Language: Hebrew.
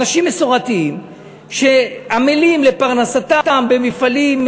אנשים מסורתיים שעמלים לפרנסתם במפעלים,